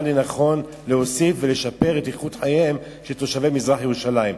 לנכון להוסיף ולשפר את איכות חייהם של תושבי מזרח-ירושלים.